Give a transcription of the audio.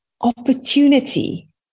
opportunity